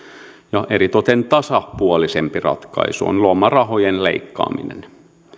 ja eritoten tasapuolisempi ratkaisu on lomarahojen leikkaaminen